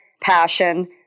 passion